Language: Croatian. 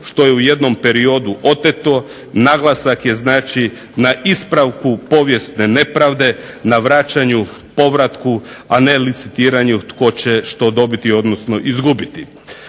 što je u jednom periodu oteto. Naglasak je znači na ispravku povijesne nepravde, na vraćanju, povratku, a ne licitiranju tko će što dobiti, odnosno izgubiti.